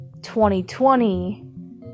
2020